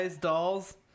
dolls